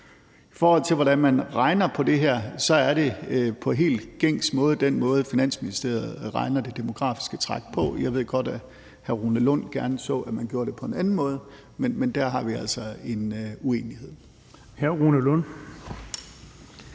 I forhold til hvordan man regner på det her, er det gjort på helt gængs måde, altså den måde, Finansministeriet regner det demografiske træk på. Jeg ved godt, at hr. Rune Lund gerne så, at man gjorde det på en anden måde, men der har vi altså en uenighed.